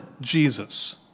Jesus